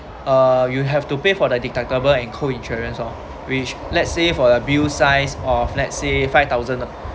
uh you have to pay for the deductible and co insurance oh which let's say for your bill size of let's say five thousand lah